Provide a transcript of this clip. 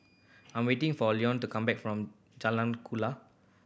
I'm waiting for Lionel to come back from Jalan Kuala